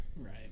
Right